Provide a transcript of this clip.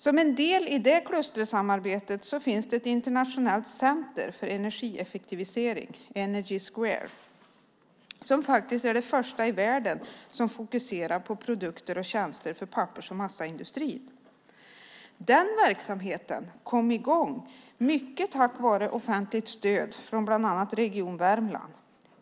Som en del i detta klustersamarbete finns ett internationellt center för energieffektivisering, Energy Square, som är det första i världen som fokuserar på produkter och tjänster för pappers och massaindustrin. Denna verksamhet kom i gång mycket tack vare offentligt stöd från bland annat region Värmland.